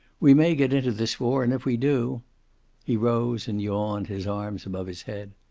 we may get into this war, and if we do he rose, and yawned, his arms above his head.